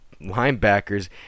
linebackers